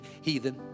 heathen